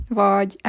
vagy